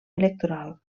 electoral